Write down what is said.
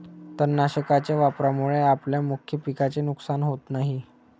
तणनाशकाच्या वापरामुळे आपल्या मुख्य पिकाचे नुकसान होत नाही